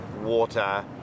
water